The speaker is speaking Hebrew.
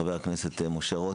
חבר הכנסת משה רוט,